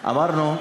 ואמרנו: